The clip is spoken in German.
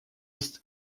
ist